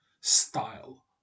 style